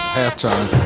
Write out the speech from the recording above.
halftime